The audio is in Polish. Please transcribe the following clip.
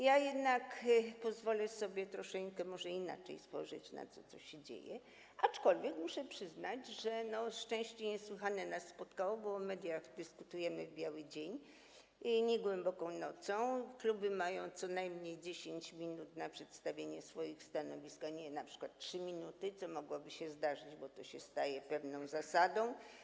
Ja jednak pozwolę sobie może troszeńkę inaczej spojrzeć na to, co się dzieje, aczkolwiek muszę przyznać, że szczęście niesłychane nas spotkało, bo o mediach dyskutujemy w biały dzień, nie głęboką nocą, a kluby mają co najmniej 10 minut na przedstawienie swoich stanowisk, a nie np. 3 minuty, co mogłoby się zdarzyć, bo to się staje pewną zasadą.